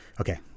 okay